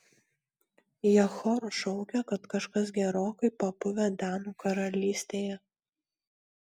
jie choru šaukia kad kažkas gerokai papuvę danų karalystėje